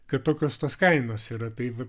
kad tokios tos kainos yra tai va